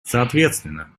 соответственно